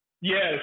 Yes